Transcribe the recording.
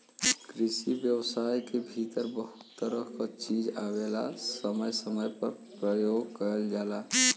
कृषि व्यवसाय के भीतर बहुत तरह क चीज आवेलाजो समय समय पे परयोग करल जाला